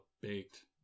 baked